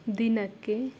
ದಿನಕ್ಕೆ